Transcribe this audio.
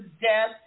death